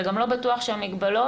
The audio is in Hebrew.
וגם לא בטוח שהמגבלות